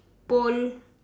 pole